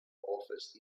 office